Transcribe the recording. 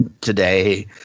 today